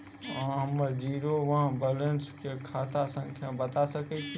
अहाँ हम्मर जीरो वा बैलेंस केँ खाता संख्या बता सकैत छी?